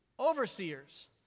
overseers